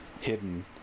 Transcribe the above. hidden